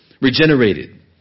regenerated